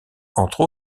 entre